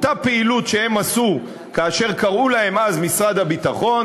אותה פעילות שהם עשו כאשר קראו להם אז משרד הביטחון,